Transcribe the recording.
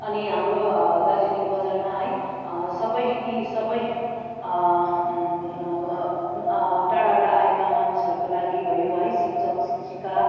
अनि हाम्रो दार्जिलिङ बजारमा है सबै यी सबै टाडाबाट आएका मानिसहरूको लागि भयो है शिक्षक शिक्षिका